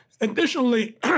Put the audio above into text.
Additionally